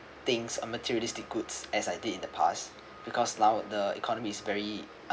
things uh materialistic goods as I did in the past because now the economy is very